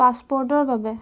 পাছপৰ্টৰ বাবে